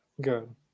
Good